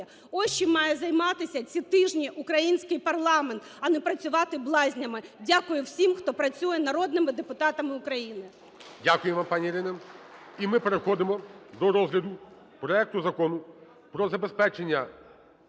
Ось чим має займатися ці тижні український парламент, а не працювати блазнями. Дякую всім, хто працює народними депутатами України.